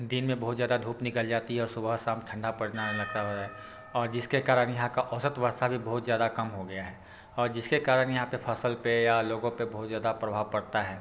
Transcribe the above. दिन में बहुत ज़्यादा धूप निकल जाती है और सुबह शाम ठण्डा पड़ना लगता है और जिसके कारण यहाँ औसत वर्षा भी बहुत ज़्यादा कम हो गया है जिसके कारण यहाँ पर फसल पर या लोगों पर बहुत ज़्यादा प्रभाव पड़ता है